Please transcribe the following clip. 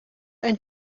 ein